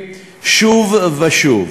שוב ושוב.